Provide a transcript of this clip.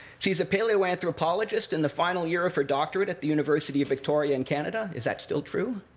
she is a paleoanthropologist in the final year of her doctorate at the university of victoria in canada. is that still true?